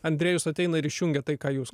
andrėjus ateina ir išjungia tai ką jūs